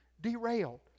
derailed